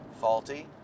faulty